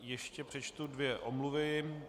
Ještě přečtu dvě omluvy.